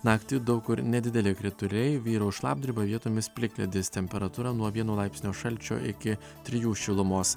naktį daug kur nedideli krituliai vyraus šlapdriba vietomis plikledis temperatūra nuo vieno laipsnio šalčio iki trijų šilumos